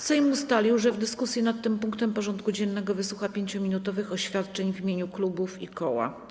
Sejm ustalił, że w dyskusji nad tym punktem porządku dziennego wysłucha 5-minutowych oświadczeń w imieniu klubów i koła.